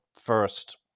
first